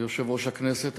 יושב-ראש הכנסת,